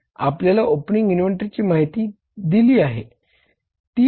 आपल्याला ओपनिंग इन्व्हेंटरीची माहिती दिली आहे